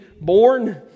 born